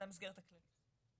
במסגרת הכללית.